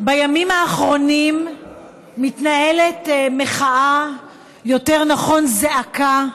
בימים האחרונים מתנהלת מחאה, יותר נכון זעקה,